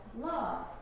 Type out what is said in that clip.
love